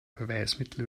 beweismittel